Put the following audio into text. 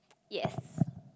yes